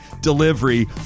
delivery